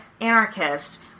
anarchist